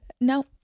no